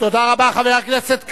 תודה רבה, חבר הכנסת כץ.